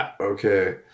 okay